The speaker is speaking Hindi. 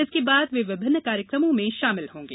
इसके बाद वे विभिन्न कार्यक्रमों में शामिल होंगे